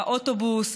באוטובוס,